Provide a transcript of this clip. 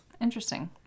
Interesting